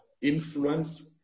influence